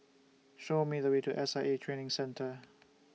Show Me The Way to S I A Training Center